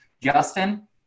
justin